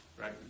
Right